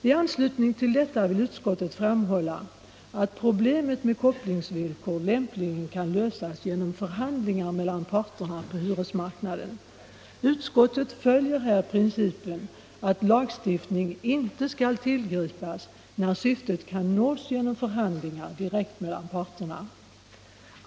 I anslutning till detta vill utskottet framhålla att problemet med kopplingsvillkor lämpligen kan lösas genom förhandlingar mellan parterna på hyresmarknaden. Utskottet följer här principen att lagstiftning inte skall tillgripas, när syftet kan nås genom förhandlingar direkt mellan parterna.